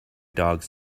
dogs